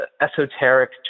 esoteric